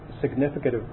significant